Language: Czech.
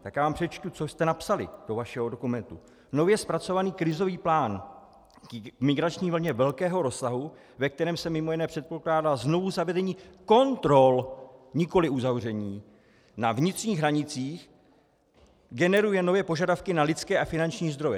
Tak já vám přečtu, co jste napsali do vašeho dokumentu: Nově zpracovaný krizový plán k migrační vlně velkého rozsahu, ve kterém se mj. předpokládá znovuzavedení kontrol, nikoli uzavření, na vnitřních hranicích generuje nové požadavky na lidské a finanční zdroje.